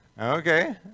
okay